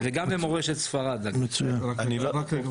אני לא מכירה את התוצאות שלו.